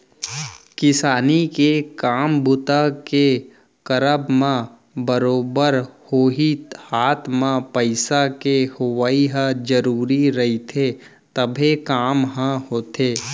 किसानी के काम बूता के करब म बरोबर होही हात म पइसा के होवइ ह जरुरी रहिथे तभे काम ह होथे